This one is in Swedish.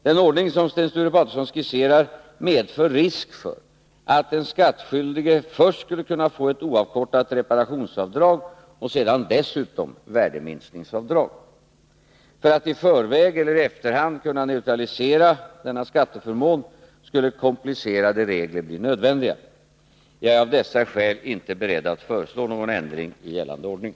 Den ordning som Sten Sture Paterson skisserar medför risk för att den skattskyldige först skulle kunna få ett oavkortat reparationsavdrag och sedan dessutom värdeminskningsavdrag. För att i förväg eller i efterhand kunna neutralisera denna skatteförmån Nr 58 skulle komplicerade regler bli nödvändiga. Jag är av dessa skäl inte beredd Onsdagen den att föreslå någon ändring i gällande ordning.